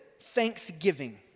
thanksgiving